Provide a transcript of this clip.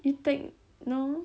you take no